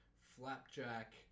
flapjack